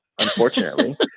Unfortunately